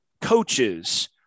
coaches